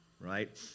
right